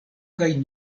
kaj